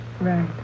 Right